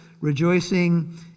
rejoicing